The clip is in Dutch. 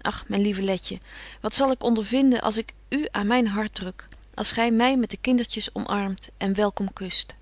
ach myn lieve letje wat zal ik ondervinden als ik u aan myn hart druk als gy my met de kindertjes omarmt en welkom kust